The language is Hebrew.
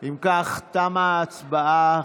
אם כך, תמה ההצבעה.